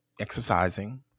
exercising